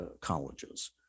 colleges